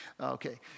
Okay